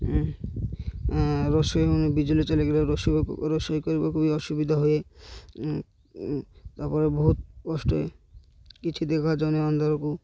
ରୋଷେଇ ହଉନି ବିଜୁଳି ଚାଲିଗଲେ ରୋଷେଇବାକୁ ରୋଷେଇ କରିବାକୁ ବି ଅସୁବିଧା ହୁଏ ତା'ପରେ ବହୁତ କଷ୍ଟେ କିଛି ଦେଖଯାଉନି ଆନ୍ଧାରକୁ